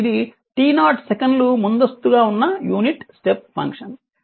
కాబట్టి ఇది t0 సెకన్లు ముందస్తుగా ఉన్న యూనిట్ స్టెప్ ఫంక్షన్